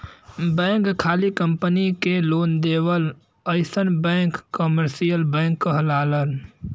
bank खाली company के loan देवलन अइसन बैंक कमर्सियल बैंक कहलालन